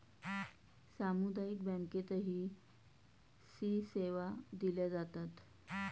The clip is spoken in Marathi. सामुदायिक बँकेतही सी सेवा दिल्या जातात